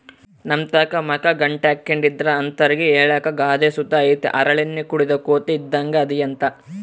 ನಮ್ತಾಕ ಮಕ ಗಂಟಾಕ್ಕೆಂಡಿದ್ರ ಅಂತರ್ಗೆ ಹೇಳಾಕ ಗಾದೆ ಸುತ ಐತೆ ಹರಳೆಣ್ಣೆ ಕುಡುದ್ ಕೋತಿ ಇದ್ದಂಗ್ ಅದಿಯಂತ